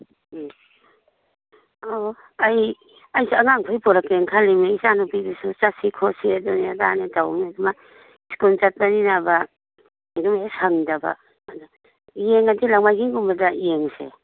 ꯎꯝ ꯑꯣ ꯑꯩ ꯑꯩꯁꯦ ꯑꯉꯥꯡ ꯃꯈꯩ ꯄꯨꯔꯛꯛꯦ ꯈꯜꯂꯤꯃꯤ ꯏꯆꯥꯅꯨꯄꯤꯗꯨꯁꯨ ꯆꯠꯁꯤ ꯈꯣꯠꯁꯤ ꯑꯗꯨꯅꯤ ꯑꯗꯥꯅꯤ ꯇꯧꯅꯤ ꯑꯗꯨꯅ ꯁ꯭ꯀꯨꯟ ꯆꯠꯄꯅꯤꯅꯕ ꯑꯗꯨ ꯍꯦꯛ ꯁꯪꯗꯕ ꯑꯗꯨ ꯌꯦꯡꯁꯤ ꯅꯣꯡꯃꯥꯏꯖꯤꯡꯒꯨꯝꯕꯗ ꯌꯦꯡꯉꯁꯤ